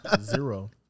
zero